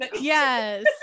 Yes